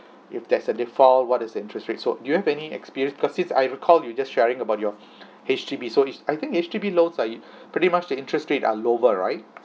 if there's a defile what is the interest rate so do you have any experience because since I recall you just sharing about your H_D_B so is I think H_D_B loads are pretty much the interest rates are lower right